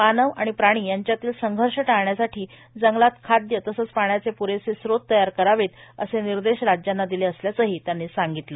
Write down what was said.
मानव प्राणी यांच्यातील संघर्ष टाळण्यासाठी जंगलात खादय तसंच पाण्याचे पुरेसे स्रोत तयार करावेत असे निर्देश राज्यांना दिले असंही त्यांनी सांगितले